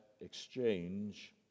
exchange